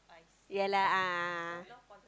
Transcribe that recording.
ya lah ah ah ah